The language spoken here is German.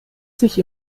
sich